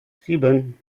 sieben